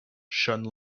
shone